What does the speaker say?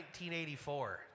1984